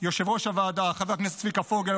יושב-ראש הוועדה חבר הכנסת צביקה פוגל,